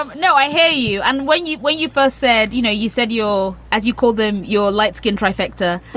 um know, i hear you. and when you when you first said, you know, you said your as you call them, your light skin trifecta,